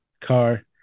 car